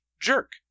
jerk